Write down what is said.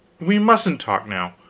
we mustn't talk now,